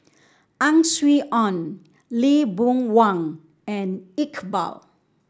Ang Swee Aun Lee Boon Wang and Iqbal